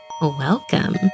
welcome